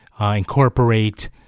incorporate